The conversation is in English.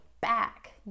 back